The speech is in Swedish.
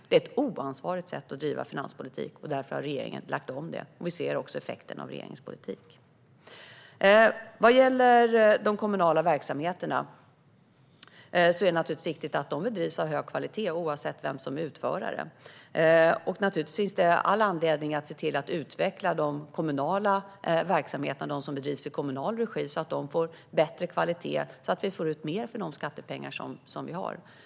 Det är ett oansvarigt sätt att bedriva finanspolitik, och därför har regeringen lagt om detta. Vi ser också effekten av regeringens politik. Vad gäller de kommunala verksamheterna är det naturligtvis viktigt att de bedrivs med hög kvalitet oavsett vem som är utförare. Naturligtvis finns det all anledning att se till att utveckla de verksamheter som bedrivs i kommunal regi så att de får bättre kvalitet och vi får ut mer för de skattepengar vi har.